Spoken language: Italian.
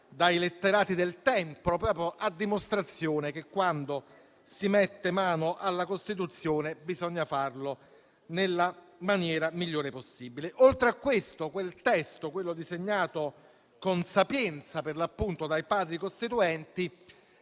dai letterati del tempo, proprio a dimostrazione che quando si mette mano alla Costituzione, bisogna farlo nella maniera migliore possibile. Oltre a questo, il testo disegnato con sapienza dai Padri costituenti